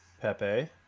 Pepe